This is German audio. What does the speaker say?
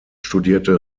studierte